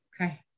Okay